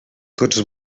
tots